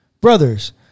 brothers